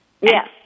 Yes